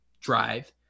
drive